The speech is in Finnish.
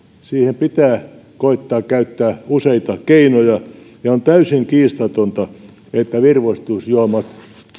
siihen pitää koettaa käyttää useita keinoja ja on täysin kiistatonta että virvoitusjuomat